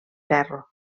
ferro